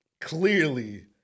Clearly